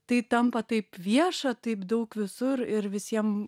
tai tampa taip vieša taip daug visur ir visiem